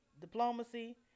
diplomacy